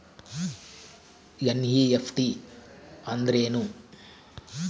NEFT ಅಂದ್ರೆನು?